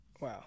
Wow